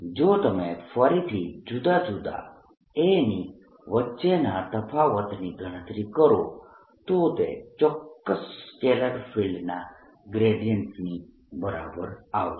જો તમે ફરીથી જુદા જુદા A ની વચ્ચેના તફાવતની ગણતરી કરો તો તે ચોક્કસ સ્કેલર ફિલ્ડના ગ્રેડિયન્ટની બરાબર આવશે